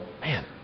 man